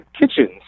kitchens